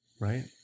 right